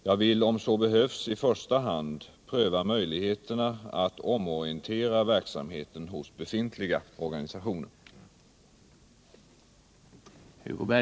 Jag vill, om så behövs, i första hand pröva möjligheterna att omorientera verksamheten i befintliga organisationer.